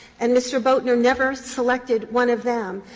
and mr. boatner never selected one of them.